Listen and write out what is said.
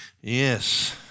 Yes